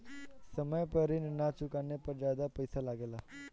समय पर ऋण ना चुकाने पर ज्यादा पईसा लगेला?